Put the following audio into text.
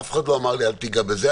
אף אחד לא אמר לי: אל תיגע בזה,